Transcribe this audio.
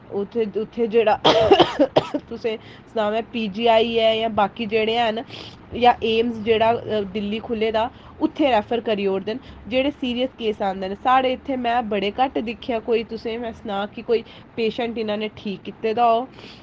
उत्थै उत्थै जेह्ड़ा तुसें सनां में पीजीआई ऐ जां बाकी जेह्ड़े हैन जां एम्स जेह्ड़ा दिल्ली खु'ल्ले दा उत्थै रैफर करी ओड़दे न जेह्ड़े सीरियस केस औंदे न साढ़े इत्थै में बड़ा घट्ट दिक्खेआ कोई तुसें में सनांऽ कि कोई पेशेंट इ'नां ने ठीक कीते दा हो